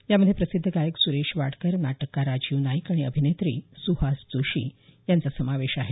यामध्ये प्रसिद्ध गायक सुरेश वाडकर नाटककार राजीव नाईक आणि अभिनेत्री सुहास जोशी यांचा समावेश आहे